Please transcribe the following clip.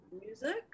music